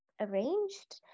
arranged